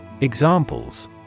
Examples